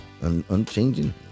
Unchanging